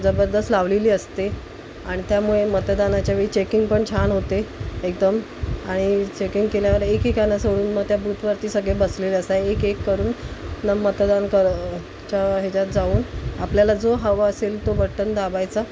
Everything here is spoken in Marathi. जबरदस्त लावलेली असते आणि त्यामुळे मतदानाच्या वेळी चेकिंग पण छान होते एकदम आणि चेकिंग केल्यावर एक एकाला सोडून मग त्या बूथवरती सगळे बसलेले असा एक एक करून न मतदान करच्या ह्याच्यात जाऊन आपल्याला जो हवा असेल तो बटन दाबायचा